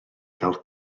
fel